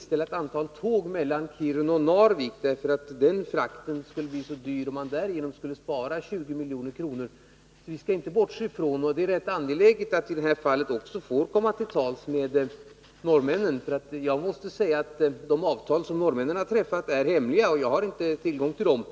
ställa in ett antal tåg mellan Kiruna och Narvik för att den frakten skulle bli så dyr att man genom indragningen skulle spara 20 milj.kr. Vi skall inte bortse från det angelägna i att vi också får komma till tals med norrmännen. De avtal norrmännen har träffat är hemliga. Jag har inte tillgång till dem.